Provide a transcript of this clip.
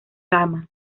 kama